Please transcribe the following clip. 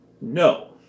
no